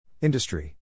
Industry